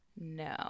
No